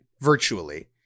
virtually